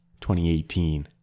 2018